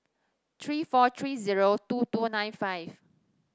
three four three zero two two nine five